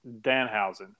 Danhausen